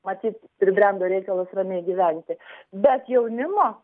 matyt pribrendo reikalas ramiai gyventi bet jaunimo